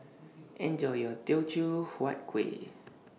Enjoy your Teochew Huat Kuih